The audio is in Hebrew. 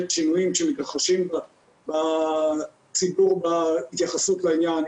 רואה שינויים שמתרחשים בציבור בהתייחסות לעניין,